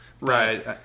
right